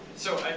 so i'm,